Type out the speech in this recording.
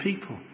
people